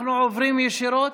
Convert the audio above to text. אנחנו עוברים ישירות,